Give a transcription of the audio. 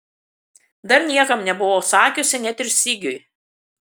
dar niekam nebuvau sakiusi net ir sigiui